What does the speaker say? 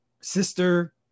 sister